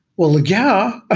well, yeah. ah